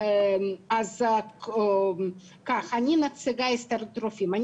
אני נציגה של הסתדרות הרופאים.